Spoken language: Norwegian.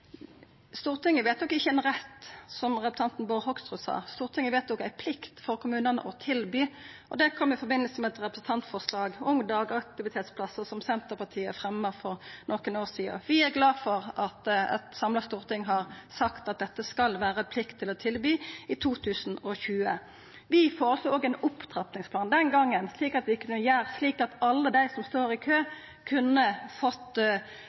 Stortinget vedtok ikkje ein rett, som representanten Bård Hoksrud sa – Stortinget vedtok ei plikt for kommunane til å tilby. Det kom i samband med eit representantforslag om dagaktivitetsplassar som Senterpartiet fremja for nokre år sidan. Vi er glade for at eit samla storting har sagt at dette skal det vera plikt til å tilby i 2020. Vi foreslo òg ein opptrappingsplan den gongen, slik at vi kunne sørgja for at alle dei som står i kø, kunne ha fått